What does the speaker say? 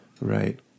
Right